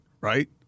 right